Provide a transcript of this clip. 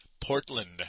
Portland